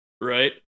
Right